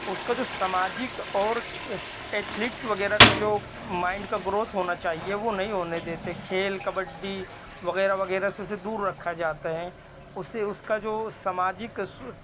اس کا جو سماجک اور ایتھلیٹس وغیرہ کا جو مائنڈ کا گروتھ ہونا چاہیے وہ نہیں ہونے دیتے کھیل کبڈی وغیرہ وغیرہ سے اسے دور رکھا جاتا ہے اس سے اس کا جو سماجک